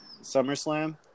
SummerSlam